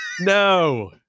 No